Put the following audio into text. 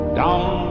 down